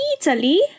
Italy